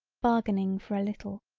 bargaining for a little,